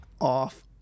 off